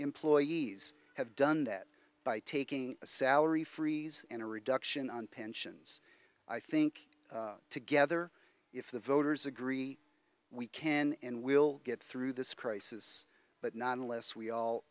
employees have done that by taking a salary freeze and a reduction on pensions i think together if the voters agree we can and will get through this crisis but not unless we all